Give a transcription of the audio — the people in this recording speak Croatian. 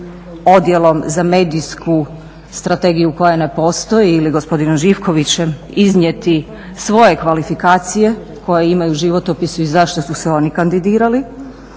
odjelom za medijsku strategiju koja ne postoji ili gospodinom Živkovićem iznijeti svoje kvalifikacije koje imaju u životopisu i zašto su se oni kandidirali,